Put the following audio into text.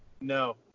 No